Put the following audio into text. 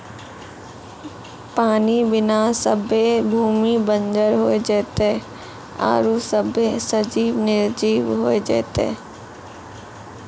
पानी बिना सभ्भे भूमि बंजर होय जेतै आरु सभ्भे सजिब निरजिब होय जेतै